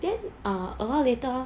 then a while later ah